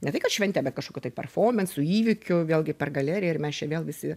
ne tai kad švente bet kažkokiu tai performansu įvykiu vėlgi per galeriją ir mes čia vėl visi